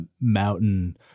mountain